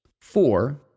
Four